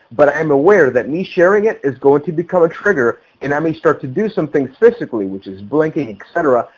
but i'm aware that me sharing it is going to become a trigger and i may start to do some things physically, which is blinking, etc,